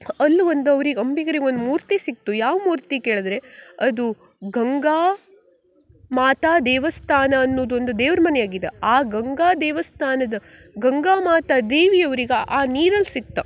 ಅಲ್ಲೂ ಒಂದು ಅವ್ರಿಗೆ ಅಂಬಿಗರಿಗೆ ಒಂದು ಮೂರ್ತಿ ಸಿಕ್ಕಿತು ಯಾವ ಮೂರ್ತಿ ಕೇಳಿದ್ರೆ ಅದು ಗಂಗಾ ಮಾತಾ ದೇವಸ್ಥಾನ ಅನ್ನುದು ಒಂದು ದೇವ್ರ ಮನೆ ಆಗಿದೆ ಆ ಗಂಗಾ ದೇವಸ್ಥಾನದ ಗಂಗಾ ಮಾತಾ ದೇವಿ ಅವ್ರಿಗೆ ಆ ನೀರಲ್ಲಿ ಸಿಕ್ತು